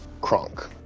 Kronk